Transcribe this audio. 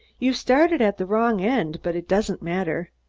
you've started at the wrong end, but it doesn't matter.